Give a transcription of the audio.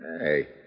Hey